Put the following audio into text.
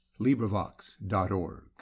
LibriVox.org